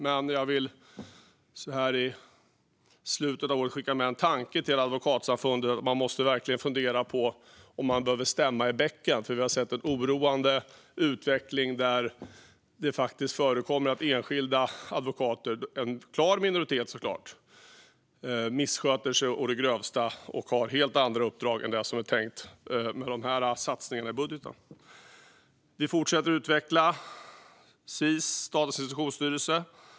Så här i slutet av året vill jag dock skicka med en tanke till Advokatsamfundet om att de verkligen måste fundera på om de behöver stämma i bäcken. Vi har nämligen sett en oroande utveckling där det faktiskt förekommer att enskilda advokater - en klar minoritet, såklart - missköter sig å det grövsta och har helt andra uppdrag än de som är tänkta med hjälp av satsningarna i budgeten. Vi fortsätter utveckla Sis, Statens institutionsstyrelse.